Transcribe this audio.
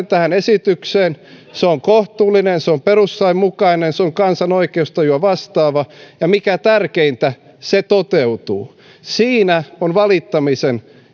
tähän esitykseen se on kohtuullinen se on perustuslain mukainen se on kansan oikeustajua vastaava ja mikä tärkeintä se toteutuu siinä on valittamisen